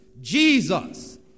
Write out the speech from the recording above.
Jesus